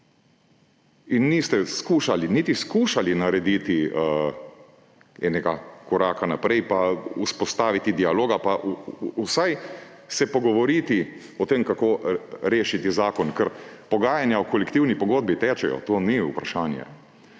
In niste skušali, niti skušali narediti enega koraka naprej pa vzpostaviti dialoga pa se vsaj pogovoriti o tem, kako rešiti zakon. Ker pogajanja o kolektivni pogodbi tečejo, to ni vprašanje,